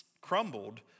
crumbled